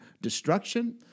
destruction